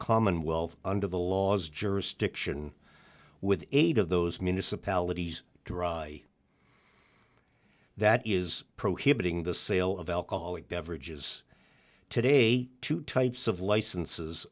commonwealth under the laws jurisdiction with eight of those municipalities dry that is prohibiting the sale of alcoholic beverages today two types of licenses